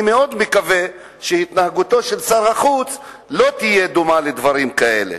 אני מאוד מקווה שהתנהגותו של שר החוץ לא תהיה דומה לדברים כאלה.